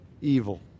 evil